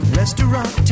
restaurant